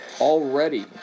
Already